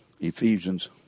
Ephesians